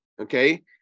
Okay